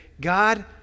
God